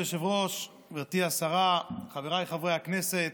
אדוני היושב-ראש, גברתי השרה, חבריי חברי הכנסת,